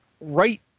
right